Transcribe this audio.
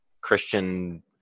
Christian